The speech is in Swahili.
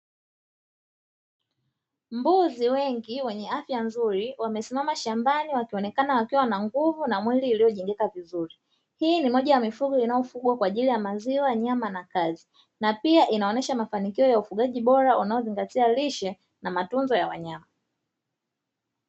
Mbuzi wengi wenye afya nzuri, wamesimama shambani wakionekana wakiwa Wana nguvu na mwili uliojengeka vizuri. Hii ni moja ya mifugo inayofugwa kwa ajili ya nyama, maziwa, na ngozi, na pia inaonyesha mafanikio ya ufugaji bora, unaozingatia lishe na matunzo ya wanyama.